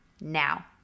now